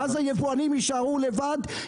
ואז היבואנים יישארו לבד,